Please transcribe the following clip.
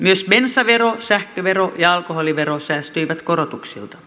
myös bensavero sähkövero ja alkoholivero säästyivät korotuksilta